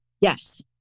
yes